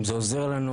אם זה עוזר לנו,